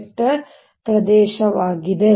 ಪ್ರದೇಶವಾಗಿದೆ